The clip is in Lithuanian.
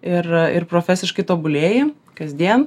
ir ir profesiškai tobulėji kasdien